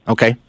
Okay